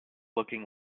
looking